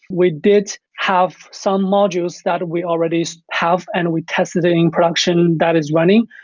we did have some modules that we already have and we tested doing production that is running.